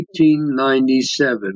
1897